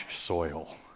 soil